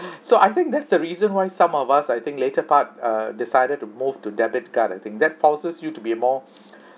so I think that's the reason why some of us I think later part uh decided to move to debit card I think that forces you to be more